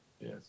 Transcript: yes